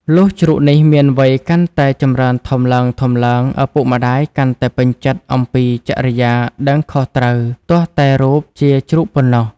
លុះជ្រូកនេះមានវ័យកាន់តែចម្រើនធំឡើងៗ ឪពុកម្ដាយកាន់តែពេញចិត្ដអំពីចរិយាដឹងខុសត្រូវ ទាស់តែរូបជា ជ្រូកប៉ុណ្ណោះ។